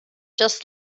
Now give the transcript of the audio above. just